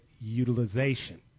utilization